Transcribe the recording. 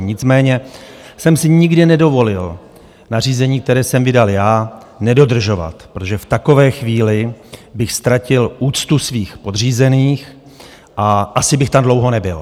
Nicméně jsem si nikdy nedovolil nařízení, které jsem vydal já, nedodržovat, protože v takové chvíli bych ztratil úctu svých podřízených a asi bych tam dlouho nebyl.